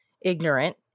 ignorant